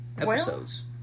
episodes